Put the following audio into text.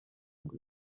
ngo